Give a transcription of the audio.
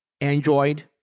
Android